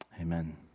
amen